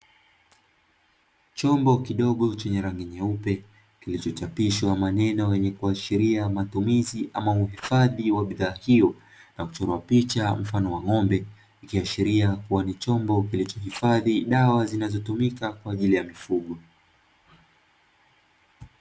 Chombo kidogo chenye rangi nyeupe kilichochapishwa maneno yenye kuashiria matumizi, ama uhifadhi wa bidhaa hiyo, na kuchorwa picha mfano wa ng'ombe, ikiashiria kuwa ni chombo kilichohifadhi dawa zinazotumika kwa ajili ya mifugo.